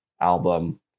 album